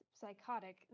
psychotic